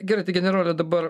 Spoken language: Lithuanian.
gerai tai generole dabar